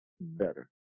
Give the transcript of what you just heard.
better